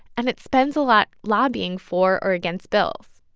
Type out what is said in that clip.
and it spends a lot lobbying for or against bills.